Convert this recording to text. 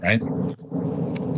right